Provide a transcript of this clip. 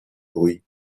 bruit